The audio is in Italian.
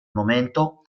momento